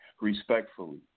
respectfully